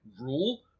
rule